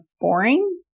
boring